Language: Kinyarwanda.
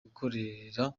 gukorera